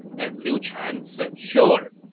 and liu chan said sure,